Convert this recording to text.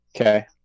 Okay